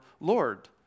Lord